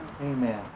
Amen